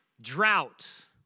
drought